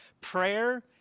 prayer